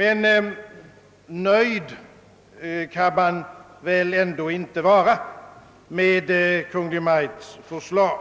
Men nöjd kan man ändå inte vara med Kungl. Maj:ts förslag.